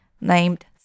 named